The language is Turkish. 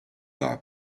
daha